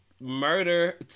murder